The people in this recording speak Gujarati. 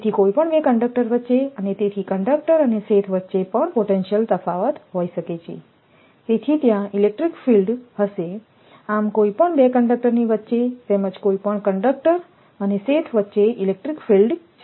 તેથી કોઈપણ 2 કંડક્ટર વચ્ચે અને તેથી કંડક્ટર અને શેથ વચ્ચે પણ પોટેન્શિયલ તફાવત હોઈ શકે છે તેથી ત્યાં ઇલેક્ટ્રિક ફિલ્ડ હશે આમ કોઈપણ 2 કંડક્ટર ની વચ્ચે તેમજ કોઈપણ કંડક્ટર અને શેથ વચ્ચે ઇલેક્ટ્રિક ફિલ્ડ છે